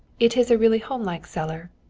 it is a really homelike cellar.